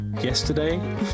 yesterday